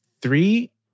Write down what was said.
three